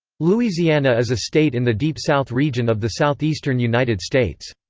louisiana is a state in the deep south region of the southeastern united states.